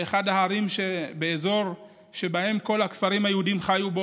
לאחד ההרים באזור שבו כל הכפרים היהודיים היו.